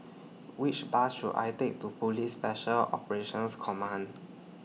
Which Bus should I Take to Police Special Operations Command